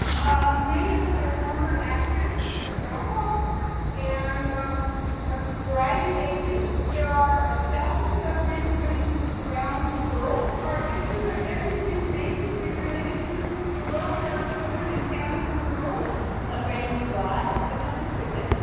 many of us are former activists but not all and a variety of ages. there are ah dozens of raging granny groups around the world. our issues are everything basically related to the welfare of children and families in the world. ruth some grannies drive but not on the freeway.